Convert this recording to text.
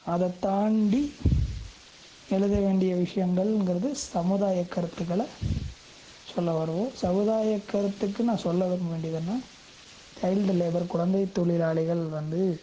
அதைத்தாண்டி எழுத வேண்டிய விஷயங்கள்ங்கிறது சமுதாய கருத்துக்களை சொல்ல வருவோம் சமுதாய கருத்துக்கு நான் சொல்ல விரும்ப வேண்டியது என்னென்னா சைல்ட் லேபர் குழந்தை தொழிலாளிகள் வந்து